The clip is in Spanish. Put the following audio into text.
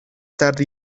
tarde